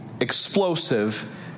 explosive